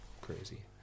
crazy